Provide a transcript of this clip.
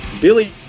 Billy